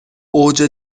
اوج